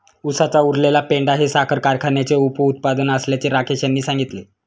उसाचा उरलेला पेंढा हे साखर कारखान्याचे उपउत्पादन असल्याचे राकेश यांनी सांगितले